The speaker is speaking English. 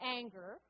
anger